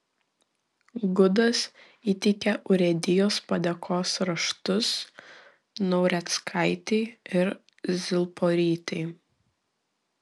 gudas įteikė urėdijos padėkos raštus naureckaitei ir zilporytei